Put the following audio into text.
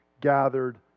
gathered